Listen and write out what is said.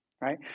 right